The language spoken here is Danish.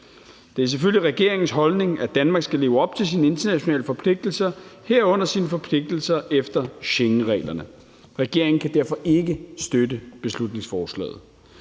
Det er selvfølgelig regeringens holdning, at Danmark skal leve op til sine internationale forpligtelser, herunder sine forpligtelser efter Schengenreglerne. Regeringen kan derfor ikke støtte beslutningsforslaget.